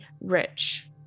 rich